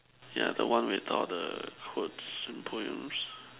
yeah the one we talk on the quotes and poems